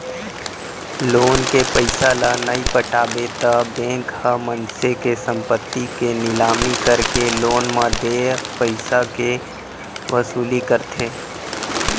loan के पइसा ल नइ पटाबे त बेंक ह मनसे के संपत्ति के निलामी करके लोन म देय पइसाके वसूली करथे